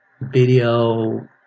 video